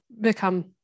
become